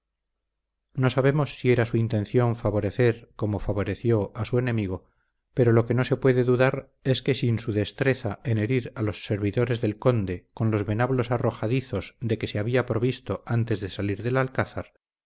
no sabemos si era su intención favorecer como favoreció a su enemigo pero lo que no se puede dudar es que sin su destreza en herir a los servidores del conde con los venablos arrojadizos de que se había provisto antes de salir del alcázar